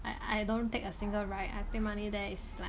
I I don't take a single ride I pay money there is like